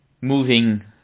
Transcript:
moving